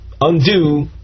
undo